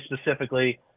specifically